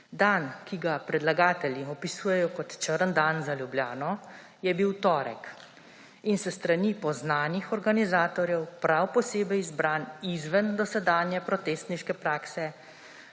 Dan, ki ga predlagatelji opisujejo kot črn dan za Ljubljano, je bil torek in s strani poznanih organizatorjev prav posebej izbran izven dosedanje protestniške prakse,